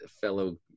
fellow